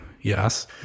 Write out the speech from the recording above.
yes